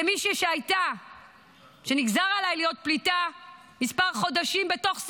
כמישהי שנגזר עליה להיות פליטה כמה חודשים בתוך סודן.